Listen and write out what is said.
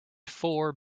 four